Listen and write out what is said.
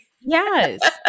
yes